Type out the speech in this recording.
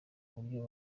uburyo